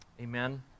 Amen